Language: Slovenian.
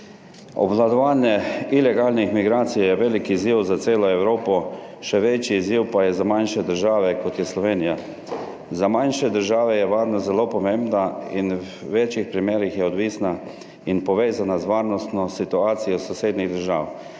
Obvladovanje ilegalnih migracij je velik izziv za celo Evropo, še večji izziv pa je za manjše države, kot je Slovenija. Za manjše države je varnost zelo pomembna in v večih primerih je odvisna in povezana z varnostno situacijo sosednjih držav.